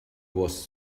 was